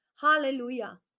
Hallelujah